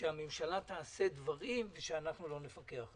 שהממשלה תעשה דברים ושאנחנו לא נפקח עליהם.